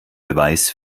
beweis